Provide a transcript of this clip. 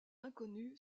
inconnue